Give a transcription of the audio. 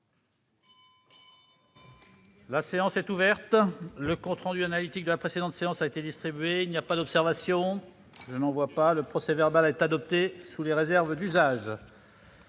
La séance est ouverte. Le compte rendu analytique de la précédente séance a été distribué. Il n'y a pas d'observation ?... Le procès-verbal est adopté sous les réserves d'usage.